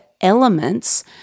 elements